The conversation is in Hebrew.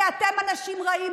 כי אתם אנשים רעים.